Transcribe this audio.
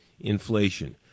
inflation